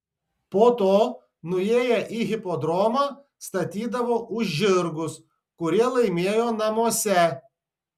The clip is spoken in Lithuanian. po to nuėję į hipodromą statydavo už žirgus kurie laimėjo namuose